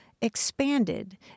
expanded